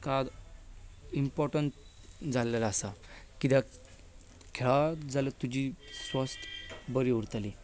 हाका इम्पोर्टंट जाल्लें आसा कित्याक खेळ्ळो जाल्यार तुजी स्वस्थ बरी उरतली